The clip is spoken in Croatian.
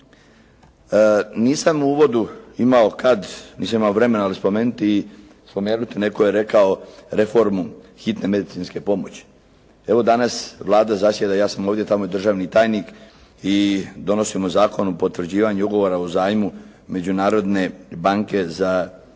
Nisam u uvodu imao kada, nisam imao vremena spomenuti, netko je rekao reformu hitne medicinske pomoći. Evo, danas Vlada zasjeda, ja sam ovdje, tamo je državni tajnik i donosimo zakon o potvrđivanju ugovora o zajmu Međunarodne banke za obnovu